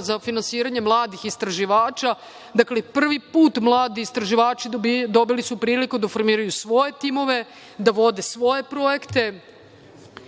za finansiranje mladih istraživača. Dakle, prvi put mladi istraživači su dobili priliku da formiraju svoje timove, da vode svoje projekte.